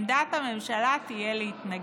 עמדת הממשלה תהיה להתנגד.